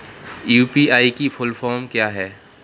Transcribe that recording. UPI की full form क्या है?